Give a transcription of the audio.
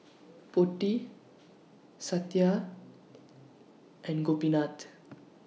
Potti Satya and Gopinath